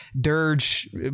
Dirge